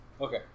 Okay